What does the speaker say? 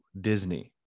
Disney